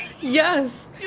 Yes